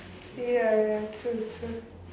ya ya true true